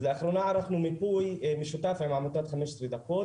לאחרונה ערכנו מיפוי משותף עם עמותת "חמש עשרה דקות",